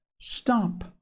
stop